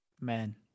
Man